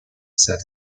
said